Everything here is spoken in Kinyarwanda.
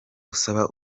usaba